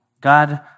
God